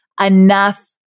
enough